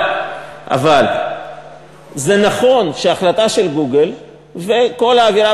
אבל זה נכון שההחלטה של "גוגל" וכל האווירה